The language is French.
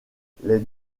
les